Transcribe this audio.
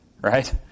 right